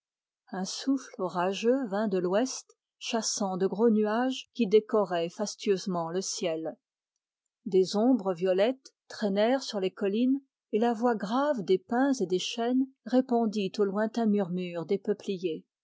un souffle orageux vint de l'ouest chassant de gros nuages qui décoraient fastueusement le ciel des ombres violettes traînèrent sur les collines et la voix grave des pins et des chênes répondit au lointain murmure des peupliers